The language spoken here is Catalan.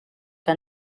que